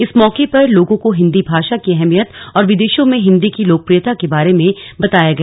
इस मौके पर लोगों को हिन्दी भाषा की अहमियत और विदेशों में हिन्दी की लोकप्रियता के बारे में बताया गया